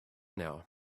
now